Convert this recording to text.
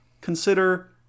Consider